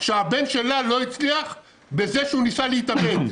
שהבן שלה לא הצליח בזה שהוא ניסה להתאבד.